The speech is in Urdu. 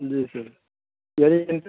جی سر